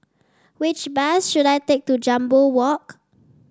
which bus should I take to Jambol Walk